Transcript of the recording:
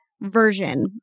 version